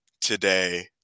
today